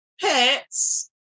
pets